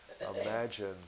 imagine